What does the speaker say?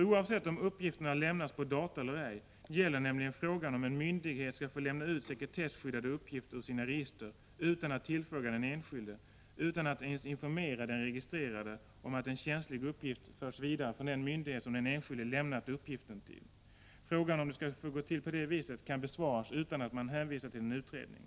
Oavsett om uppgifterna lämnas på data eller ej gäller nämligen frågan om en myndighet skall få lämna ut sekretesskyddade uppgifter ur sina register utan att tillfråga den enskilde, utan att ens informera den registrerade om att en känslig uppgift förts vidare från den myndighet som den enskilde lämnat uppgiften till. Frågan om det skall få gå Prot. 1985/86:104 till på det viset kan besvaras utan att man hänvisar till en utredning.